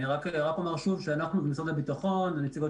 אני רק אומר שאנחנו ומשרד הביטחון נמצאים